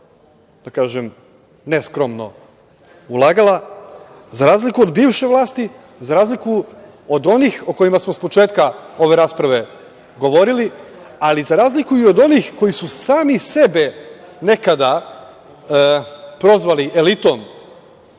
do sada je neskromno ulagala, za razliku od bivše vlasti, za razliku od onih o kojima smo od početka ove rasprave govorili, ali za razliku i od onih koji su sami sebe nekada prozvali elitom